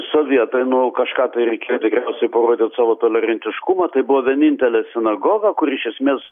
sovietai nu kažką tai reikėjo tikriausiai parodyt savo tolerantiškumą tai buvo vienintelė sinagoga kur iš esmės